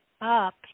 up